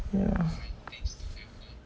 ya